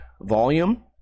volume